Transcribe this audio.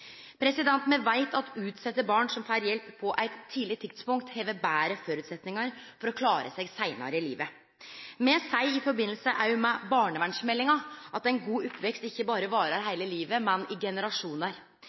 Me veit at utsette barn som får hjelp på eit tidleg tidspunkt, har betre føresetnader for å klare seg seinare i livet. Me seier i samband òg med barnevernsmeldinga at ein god oppvekst ikkje berre